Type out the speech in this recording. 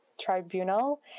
tribunal